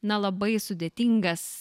na labai sudėtingas